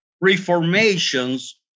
reformation's